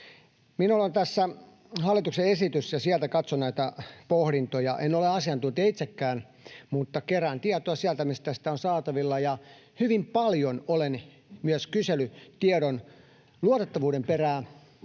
Minulla on tässä hallituksen esitys, ja sieltä katson näitä pohdintoja. En ole asiantuntija itsekään, mutta kerään tietoa sieltä, mistä sitä on saatavilla. Hyvin paljon olen myös kysellyt tiedon luotettavuuden perään